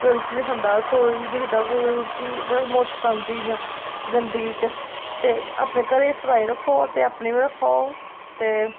कोई रुट्टी नी खंदे रसोई दिखदा मुश्क आंदी इ'यां गंदगी च ते अपने घरै दी सफाई रक्खो ते अपनी बी रक्खो ते